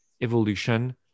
evolution